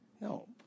No